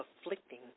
afflicting